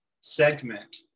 segment